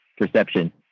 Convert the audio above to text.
perception